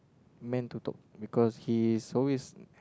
meant to talk because he is always